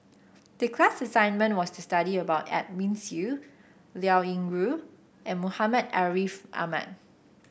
the class assignment was to study about Edwin Siew Liao Yingru and Muhammad Ariff Ahmad